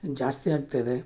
ಜಾಸ್ತಿ ಆಗ್ತಾಯಿದೆ